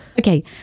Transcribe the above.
Okay